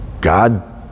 God